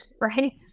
right